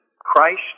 Christ